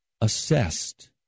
assessed